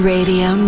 Radio